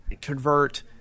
convert